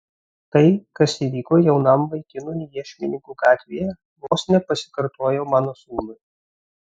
tai kas įvyko jaunam vaikinui iešmininkų gatvėje vos nepasikartojo mano sūnui